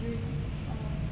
drink or